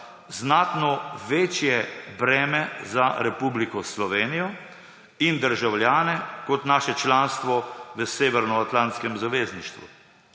znatno večje breme za Republiko Slovenijo in državljane kot naše članstvo v Severnoatlantskem zavezništvu.